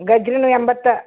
ಗಜ್ಜರಿನು ಎಂಬತ್ತು